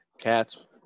Cats